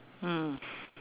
mm